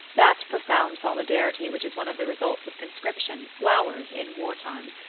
that profound solidarity which is one of the results of conscription flowers, in war-time,